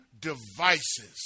devices